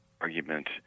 argument